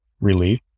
relief